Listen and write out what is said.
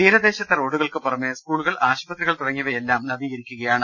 തീരദേശത്തെ റോഡുകൾക്ക് പുറമേ സ്കൂളുകൾ ആശുപത്രികൾ തുടങ്ങയിവയെല്ലാം നവീകരിക്കു കയാണ്